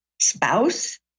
spouse